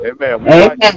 Amen